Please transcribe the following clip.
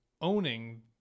owning